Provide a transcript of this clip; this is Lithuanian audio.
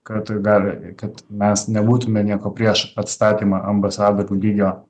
kad gali kad mes nebūtume nieko prieš atstatymą ambasadorių lygio